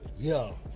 Yo